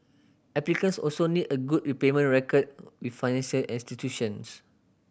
applicants also need a good repayment record with financial institutions